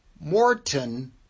Morton